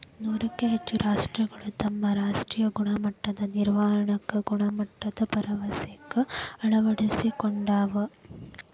ನೂರಕ್ಕೂ ಹೆಚ್ಚ ರಾಷ್ಟ್ರಗಳು ತಮ್ಮ ರಾಷ್ಟ್ರೇಯ ಗುಣಮಟ್ಟದ ನಿರ್ವಹಣಾಕ್ಕ ಗುಣಮಟ್ಟದ ಭರವಸೆಕ್ಕ ಅಳವಡಿಸಿಕೊಂಡಾವ